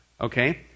Okay